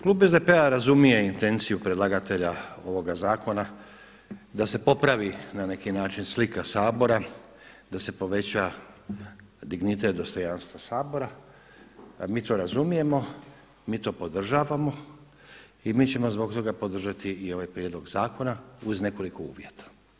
Klub SDP-a razumije intenciju predlagatelja ovoga zakona da se popravi na neki način slika Sabora, da se poveća dignitet dostojanstvo Sabora, mi to razumijemo i mi to podržavamo i mi ćemo zbog toga podržati i ovaj prijedlog zakona uz nekoliko uvjeta.